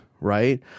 right